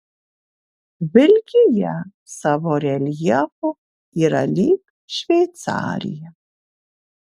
vilkija savo reljefu yra lyg šveicarija